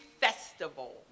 Festival